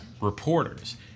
reporters